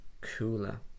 cooler